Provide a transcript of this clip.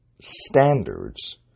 standards